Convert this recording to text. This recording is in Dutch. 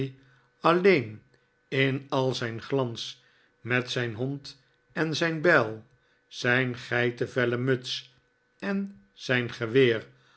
alleen in al zijn glans met zijn hond en zijn bijl zijn geitenvellen muts en zijn geweer